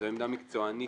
זו עמדה מקצועית לחלוטין.